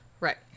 Right